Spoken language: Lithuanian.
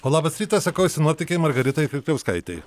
o labas rytas sakau sinoptikei margaritai kirkliauskaitei